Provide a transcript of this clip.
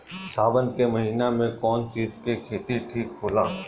सावन के महिना मे कौन चिज के खेती ठिक होला?